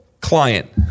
Client